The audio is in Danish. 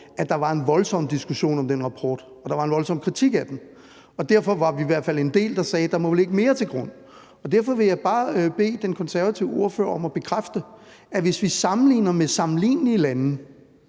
at der var en voldsom diskussion om den rapport, og at der var en voldsom kritik af den. Og derfor var vi i hvert fald en del, der sagde, at der jo må ligge mere til grund. Derfor vil jeg bare bede den konservative ordfører om at bekræfte, at hvis vi sammenligner med sammenlignelige lande